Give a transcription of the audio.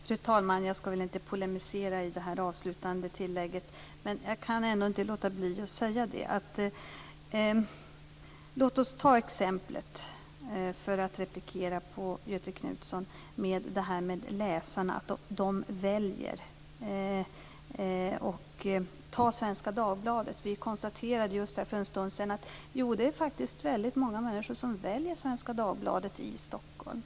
Fru talman! Jag skall inte polemisera i det här avslutande inlägget. Men jag kan ändå inte låta bli att säga följande. Låt oss ta exemplet med att läsarna väljer, för att replikera på Göthe Knutson, och ta exemplet Svenska Dagbladet. Vi konstaterade just för en stund sedan att det faktiskt är väldigt många människor som väljer Svenska Dagbladet i Stockholm.